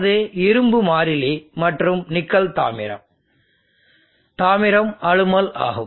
அது இரும்பு மாறிலி மற்றும் நிக்கல் தாமிரம் தாமிரம் அலுமல் ஆகும்